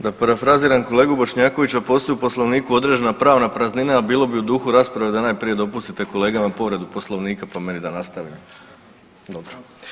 Da parafraziram kolegu Bošnjakovića, postoji u Poslovniku određena pravna praznina, a bilo bi u duhu rasprave da najprije dopustite kolegama povredu Poslovnika, pa meni da nastavimo, dobro.